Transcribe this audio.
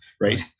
Right